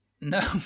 No